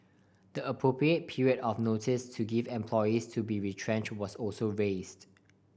the appropriate period of notice to give employees to be retrench was also wasted